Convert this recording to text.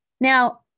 Now